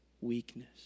weakness